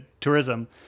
tourism